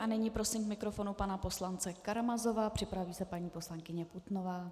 A nyní prosím k mikrofonu pana poslance Karamazova, připraví se paní poslankyně Putnová.